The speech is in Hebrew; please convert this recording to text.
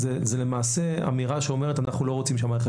זאת למעשה אמירה שאומרת שאנחנו לא רוצים שהמערכת